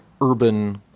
urban